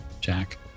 Jack